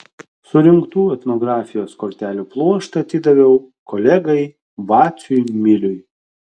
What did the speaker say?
surinktų etnografijos kortelių pluoštą atidaviau kolegai vaciui miliui